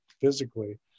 physically